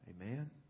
Amen